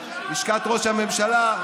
לשכת ראש הממשלה,